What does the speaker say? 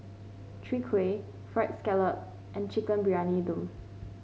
Chwee Kueh Fried Scallop and Chicken Briyani Dum